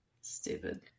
Stupid